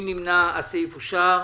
פה אחד סעיף 2 אושר.